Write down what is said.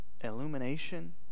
illumination